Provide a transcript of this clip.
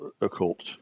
occult